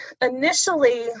initially